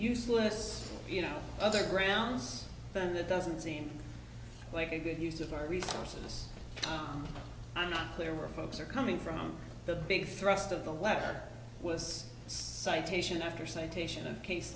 useless you know other grounds then that doesn't seem like a good use of our resources i'm not clear where folks are coming from the big thrust of the letter was citation after citation and case